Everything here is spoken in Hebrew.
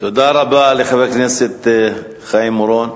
תודה רבה לחבר הכנסת חיים אורון.